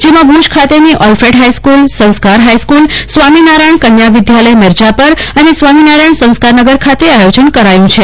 જેમાં ભુજ ખાતેની ઓલ્ફેડ હાઈસ્કુલ સંસ્કાર સ્કુલ સ્વામિ નારાયણ કન્યા વિધાલય મિરજાપર અનુ સ્વામીનારાયણ સંસ્કારનગર ખાતે આયોજન કરાયું છે